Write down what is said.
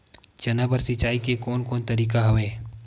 चना बर सिंचाई के कोन कोन तरीका हवय?